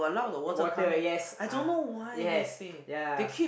water yes uh yes ya